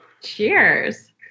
Cheers